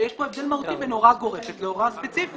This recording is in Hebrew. יש כאן הבדל מהותי בין הוראה גורפת להוראה ספציפית.